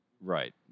right